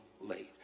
late